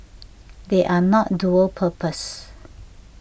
they are not dual purpose